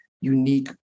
unique